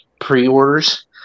pre-orders